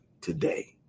today